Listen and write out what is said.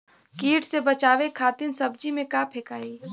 कीट से बचावे खातिन सब्जी में का फेकाई?